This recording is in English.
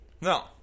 No